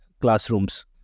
classrooms